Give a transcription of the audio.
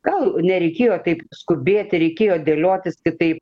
gal nereikėjo taip skubėti reikėjo dėliotis kitaip